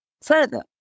further